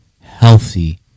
healthy